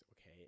okay